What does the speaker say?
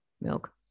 milk